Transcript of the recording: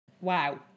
Wow